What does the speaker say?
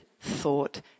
thought